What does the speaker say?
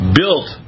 built